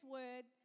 word